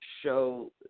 show